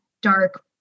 dark